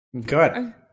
Good